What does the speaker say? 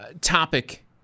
topic